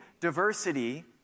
diversity